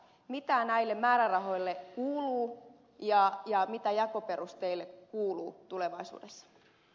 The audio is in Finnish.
mitä näille määrärahoille kuuluu ja mitä jakoperusteille kuuluu tulevaisuudessa